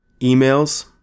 emails